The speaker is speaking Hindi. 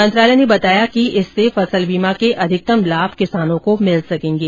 मंत्रालय ने बताया कि इससे फसल बीमा के अधिकतम लाभ किसानों को मिल सकेंगे